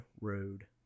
Road